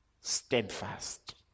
steadfast